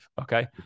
okay